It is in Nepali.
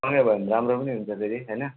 सँगै भयो भने राम्रो पनि हुन्छ धेरै होइन